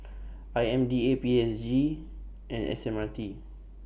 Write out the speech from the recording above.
I M D A P S G and S M R T